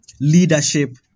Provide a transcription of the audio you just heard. leadership